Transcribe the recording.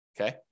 okay